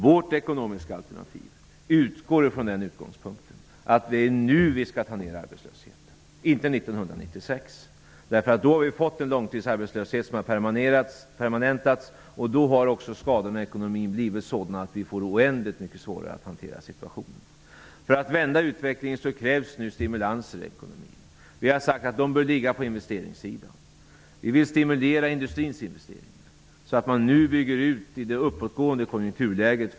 Vårt ekonomiska alternativ utgår från utgångspunkten att det är nu arbetslösheten skall minskas, inte 1996. Då har vi fått en permanent långtidsarbetslöshet. Då har också skadorna i ekonomin blivit sådana att det blir oändligt mycket svårare att hantera situationen. För att vända utvecklingen krävs stimulanser i ekonomin. Vi har sagt att de bör ligga på investeringssidan. Vi vill stimulera industrins investeringar, så att man nu bygger ut exportindustrin, i det uppåtgående konjunkturläget.